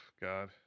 God